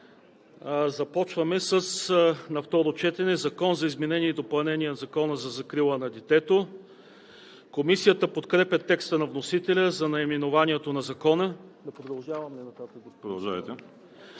представители! „Закон за изменение и допълнение на Закона за закрила на детето“. Комисията подкрепя текста на вносителя за наименованието на Закона.